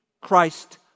Christ